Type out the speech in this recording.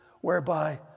whereby